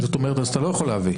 זאת אומרת אז אתה לא יכול להביא.